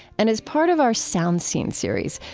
and as part of our soundseen series,